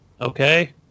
Okay